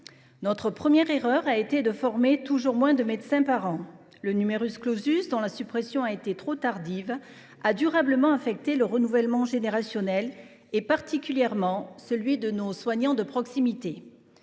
Notre première erreur a été de former toujours moins de médecins chaque année. Le, dont la suppression a été trop tardive, a durablement affecté le renouvellement générationnel, particulièrement celui de nos soignants de proximité.